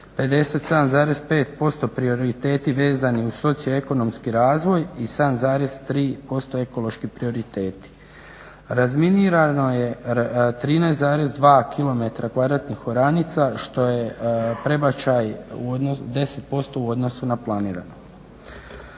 57,5% prioriteti vezani uz socioekonomski razvoj i 7,3% ekološki prioriteti. Razminirano je 13,2 km kvadratnih oranica što je prebačaj 10% u odnosu na planirano.